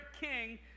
king